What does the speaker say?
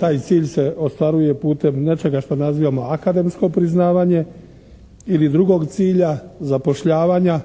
Taj cilj se ostvaruje putem nečega što nazivamo akademsko priznavanje, ili drugog cilja zapošljavanja